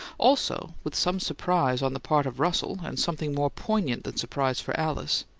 also, with some surprise on the part of russell, and something more poignant than surprise for alice,